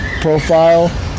profile